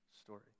story